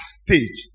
stage